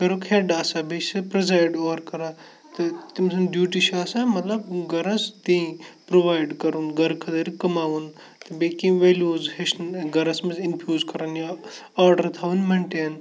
گَرُکھ head آسان بیٚیہِ چھِ پرٛزایڈ اوٚوَر کَران تہٕ تٔمۍ سُنٛد ڈیوٗٹی چھِ آسان مطلب گَرَس دِنۍ پرٛووایڈ کَرُن گَرٕ خٲطرٕ کَماوُن تہٕ بیٚیہِ کینٛہہ ویٚلیوٗز ہیٚچھنہِ گَرَس منٛز اِنفیوٗز کَران یا آڈَر تھاوٕنۍ مٮ۪نٹین